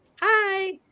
hi